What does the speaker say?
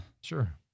Sure